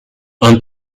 and